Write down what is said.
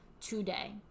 today